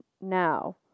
now